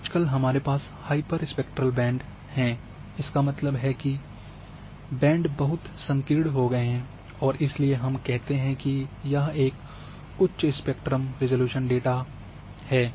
आजकल हमारे पास हाइपरस्पेक्ट्रल बैंड हैं इसका मतलब है कि बैंड बहुत संकीर्ण हो गए हैं और इसलिए हम कहते हैं कि यह एक उच्च स्पेक्ट्रम रिज़ॉल्यूशन डेटा है